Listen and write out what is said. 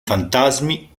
fantasmi